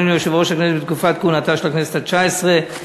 ליושב-ראש הכנסת בתקופת כהונתה של הכנסת התשע-עשרה),